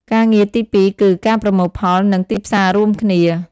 ការងារទីពីរគឺ ការប្រមូលផល និងទីផ្សាររួមគ្នា។